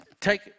Take